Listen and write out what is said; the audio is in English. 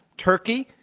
turkey,